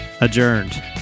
adjourned